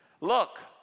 Look